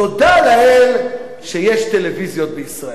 תודה לאל שיש טלוויזיות בישראל.